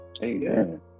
Amen